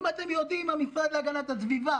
אם אתם יודעים, המשרד להגנת הסביבה